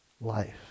life